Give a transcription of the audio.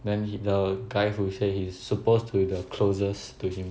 then he the guy who say he's supposed to the closest to him